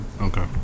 Okay